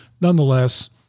nonetheless